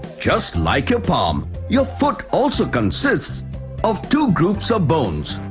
just like you palm, your foot also consists of two groups of bones.